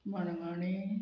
मणगणें